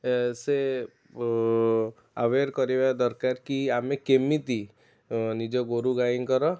ଏ ସେ ଆୱେର କରେଇବା ଦରକାର କି ଆମେ କେମିତି ନିଜ ଗୋରୁଗାଇଙ୍କର